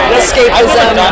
escapism